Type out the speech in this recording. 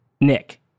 Nick